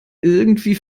irgendwie